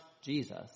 Jesus